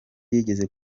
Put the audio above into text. yigeze